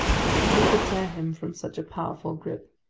who could tear him from such a powerful grip?